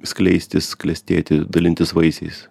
skleistis klestėti dalintis vaisiais